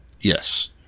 Yes